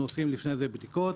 אנחנו עושים לפני כן בדיקות,